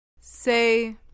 Say